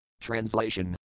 Translation